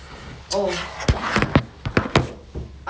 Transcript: school is such a burden